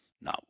Now